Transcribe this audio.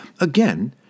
Again